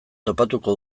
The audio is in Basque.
topatuko